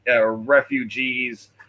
refugees